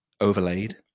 overlaid